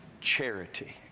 charity